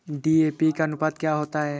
DAP का अनुपात क्या होता है?